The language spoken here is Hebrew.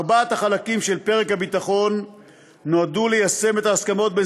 ארבעת החלקים של פרק הביטחון נועדו ליישם את ההסכמות בין